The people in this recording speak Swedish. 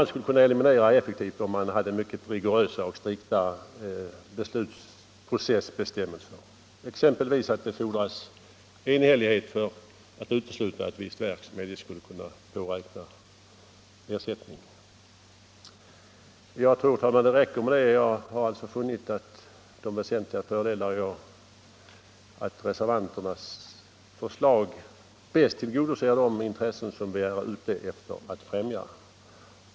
Den risken tror jag att man kan eliminera med rigorösa beslutsprocessbestämmelser, exempelvis att det fordras enhällighet för att utesluta ett visst verk som eljest skulle kunna påräkna stöd. Jag har alltså, herr talman, funnit att reservanternas förslag bäst tillgodoser de intressen som vi är ute efter att främja.